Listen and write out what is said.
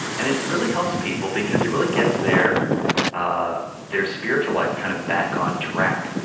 and it really helps people, because it really gets their ah their spiritual life kind of back on track.